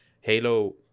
Halo